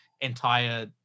entire